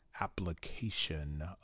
application